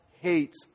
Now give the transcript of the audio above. hates